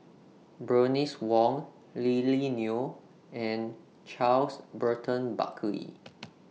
Bernice Wong Lily Neo and Charles Burton Buckley